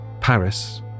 Paris